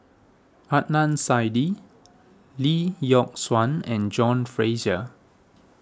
Adnan Saidi Lee Yock Suan and John Fraser